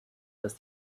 dass